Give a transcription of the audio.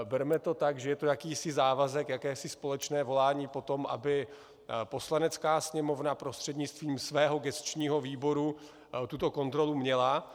Berme to tak, že je to jakýsi závazek, jakési společné volání po tom, aby Poslanecká sněmovna prostřednictvím svého gesčního výboru tuto kontrolu měla.